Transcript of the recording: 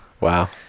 wow